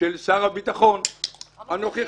של שר הביטחון הנוכחי.